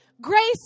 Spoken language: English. Grace